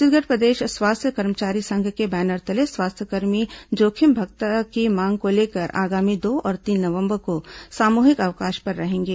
छत्तीसगढ़ प्रदेश स्वास्थ्य कर्मचारी संघ के बैनर तले स्वास्थ्यकर्मी जोखिम भत्ता की मांग को लेकर आगामी दो और तीन नवंबर को सामूहिक अवकाश पर रहेंगे